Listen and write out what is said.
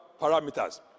parameters